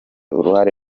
uruhare